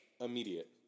immediate